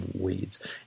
weeds